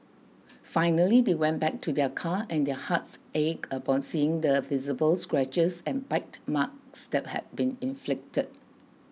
finally they went back to their car and their hearts ached upon seeing the visible scratches and bite marks still had been inflicted